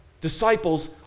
disciples